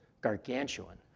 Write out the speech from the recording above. gargantuan